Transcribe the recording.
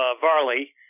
Varley